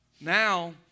Now